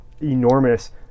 enormous